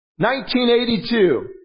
1982